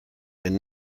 and